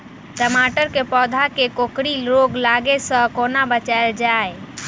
टमाटर केँ पौधा केँ कोकरी रोग लागै सऽ कोना बचाएल जाएँ?